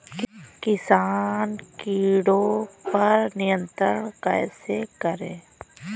किसान कीटो पर नियंत्रण कैसे करें?